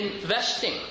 investing